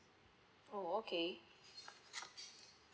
oh okay